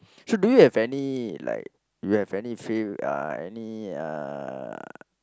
so do you have any like you have any faith uh any uh